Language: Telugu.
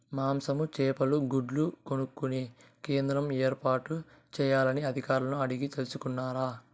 మాంసము, చేపలు, గుడ్లు కొనుక్కొనే కేంద్రాలు ఏర్పాటు చేయాలని అధికారులను అడిగి తెలుసుకున్నారా?